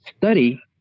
study